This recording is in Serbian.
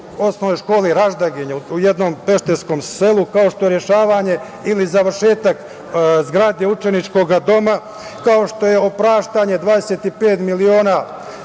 u selu u OŠ „Raždaginje“ u jednom pešterskom selu, kao što je rešavanje ili završetak zgrade učeničkog doma, kao što je opraštanje 25 miliona